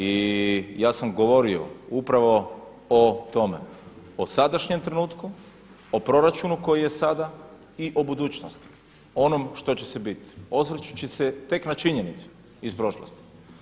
I ja sam govorio upravo o tome, o sadašnjem trenutku, o proračunu koji je sada i o budućnosti, o onom što će se biti osvrćući se tek na činjenicu iz prošlosti.